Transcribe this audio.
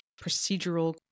procedural